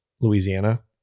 Louisiana